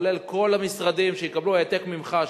כולל כל המשרדים שיקבלו העתק ממך,